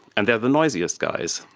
and they are the noisiest guys.